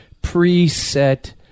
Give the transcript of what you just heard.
preset